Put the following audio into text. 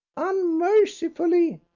unmercifully,